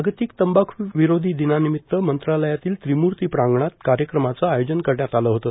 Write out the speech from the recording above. जागतिक तंबाख् विरोधी दिनानिमित मंत्रालयातील त्रिमूर्ती प्रांगणात कार्यक्रमांचं आयोजन करण्यात आलं होतं